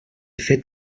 fet